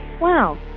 Wow